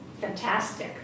fantastic